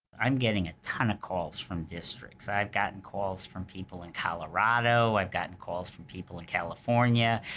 i'm getting a ton of calls from districts. i've gotten calls from people in colorado, i've gotten calls from people in california,